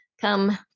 come